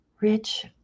rich